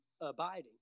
abiding